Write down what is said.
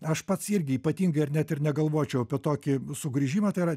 aš pats irgi ypatingai ar net ir negalvočiau apie tokį sugrįžimą tai yra